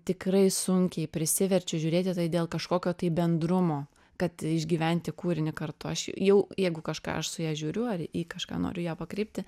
tikrai sunkiai prisiverčiu žiūrėti tai dėl kažkokio tai bendrumo kad išgyventi kūrinį kartu aš jau jeigu kažką aš su ja žiūriu ar į kažką noriu ją pakreipti